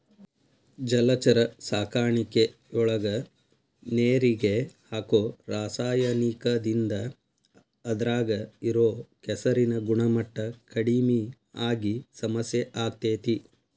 ಜಲಚರ ಸಾಕಾಣಿಕೆಯೊಳಗ ನೇರಿಗೆ ಹಾಕೋ ರಾಸಾಯನಿಕದಿಂದ ಅದ್ರಾಗ ಇರೋ ಕೆಸರಿನ ಗುಣಮಟ್ಟ ಕಡಿಮಿ ಆಗಿ ಸಮಸ್ಯೆ ಆಗ್ತೇತಿ